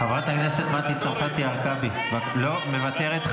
חברת הכנסת מטי צרפתי הרכבי, מוותרת.